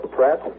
Pratt